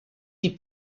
die